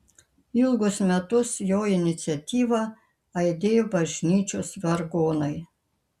ilgus metus jo iniciatyva aidėjo bažnyčios vargonai